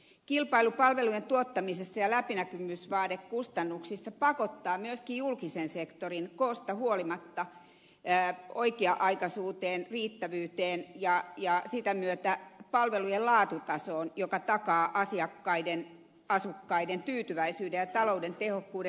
kilpailu palvelujen tuottamisessa ja läpinäkyvyysvaade kustannuksissa pakottaa myöskin julkisen sektorin koosta huolimatta oikea aikaisuuteen riittävyyteen ja sitä myötä palvelujen laatutasoon joka takaa asiakkaiden asukkaiden tyytyväisyyden ja talouden tehokkuuden